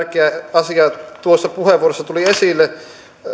asiaa tuossa puheenvuorossa tuli esille